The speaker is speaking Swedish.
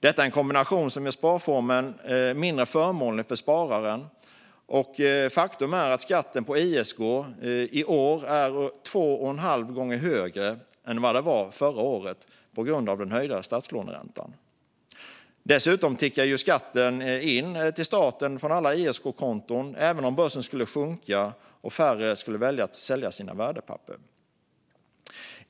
Detta är en kombination som gör att sparformen blir mindre förmånlig för spararen, och faktum är att skatten på ISK i år är två och en halv gånger högre än den var förra året, på grund av den höjda statslåneräntan. Dessutom tickar ju skatten från alla ISK-konton in till staten, även om börsen skulle sjunka och färre skulle välja att sälja sina värdepapper.